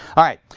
alright,